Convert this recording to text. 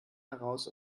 heraus